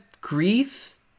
grief